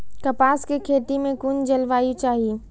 कपास के खेती में कुन जलवायु चाही?